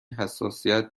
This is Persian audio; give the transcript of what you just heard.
حساسیت